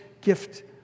gift